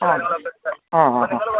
ആ ആ ആ ആ